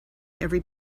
every